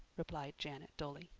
replied janet dully.